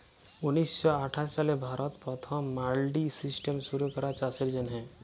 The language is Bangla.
উনিশ শ আঠাশ সালে ভারতে পথম মাল্ডি সিস্টেম শুরু ক্যরা চাষের জ্যনহে